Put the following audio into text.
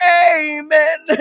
amen